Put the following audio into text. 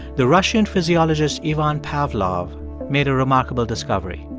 the russian physiologist ivan pavlov made a remarkable discovery.